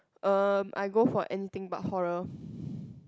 erm I go for anything but horror